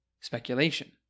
Speculation